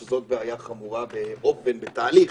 שזאת בעיה חמורה בתהליך